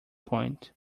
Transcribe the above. point